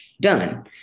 done